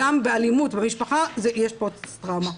גם באלימות במשפחה יש פוסט טראומה.